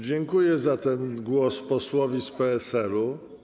Dziękuję za ten głos panu posłowi z PSL-u.